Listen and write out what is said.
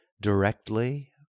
directly